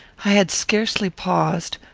i had scarcely paused,